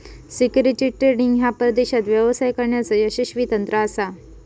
securities trading ह्या परदेशात व्यवसाय करण्याचा यशस्वी तंत्र असा